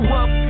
up